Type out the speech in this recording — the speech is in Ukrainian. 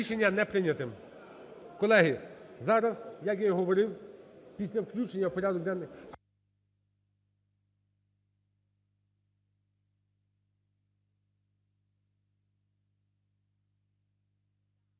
Рішення не прийнято.